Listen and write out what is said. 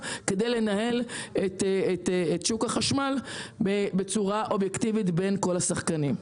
כדי לנהל את שוק החשמל בצורה אובייקטיבית בין כל השחקנים.